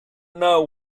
know